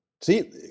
See